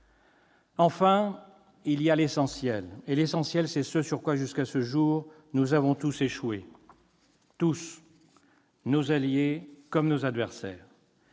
Enfin, il y a l'essentiel, et l'essentiel, c'est ce sur quoi jusqu'à ce jour nous avons tous échoué. Tous, nos alliés comme nos adversaires.